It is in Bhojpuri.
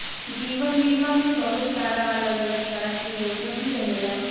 जीवन बीमा में बहुत सारा अलग अलग तरह के योजना भी रहेला